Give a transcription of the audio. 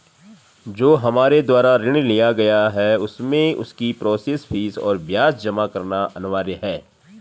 जो हमारे द्वारा ऋण लिया गया है उसमें उसकी प्रोसेस फीस और ब्याज जमा करना अनिवार्य है?